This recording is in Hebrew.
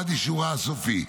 עד אישורה הסופי.